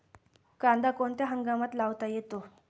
कांदा कोणत्या हंगामात लावता येतो?